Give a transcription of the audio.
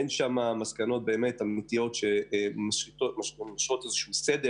אין שם מסקנות אמיתיות שמשליטות סדר.